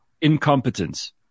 incompetence